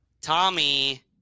Tommy